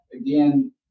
Again